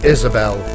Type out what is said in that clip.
Isabel